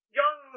young